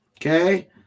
Okay